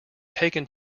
taken